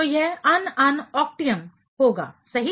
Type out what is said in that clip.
तो यह अनअनअक्टियम होगा सही